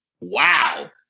Wow